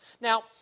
Now